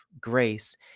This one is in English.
grace